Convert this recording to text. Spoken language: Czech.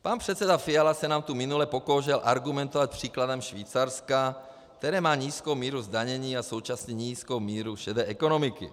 Pan předseda Fiala se nám tu minule pokoušel argumentovat příkladem Švýcarska, které má nízkou míru zdanění a současně nízkou míru šedé ekonomiky.